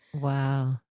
Wow